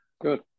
Good